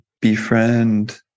befriend